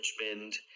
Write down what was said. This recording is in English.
Richmond